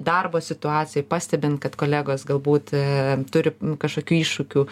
darbo situacijoj pastebint kad kolegos galbūt turi kažkokių iššūkių